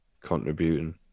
contributing